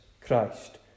Christ